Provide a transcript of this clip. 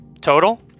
Total